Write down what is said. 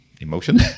emotion